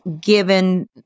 given